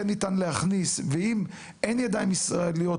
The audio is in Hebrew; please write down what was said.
כן ניתן להכניס ואם אין ידיים ישראליות,